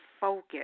focus